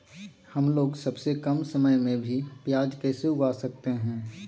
हमलोग सबसे कम समय में भी प्याज कैसे उगा सकते हैं?